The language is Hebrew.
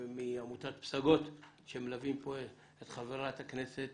מעמותת פסגות שמלווים את חברת הכנסת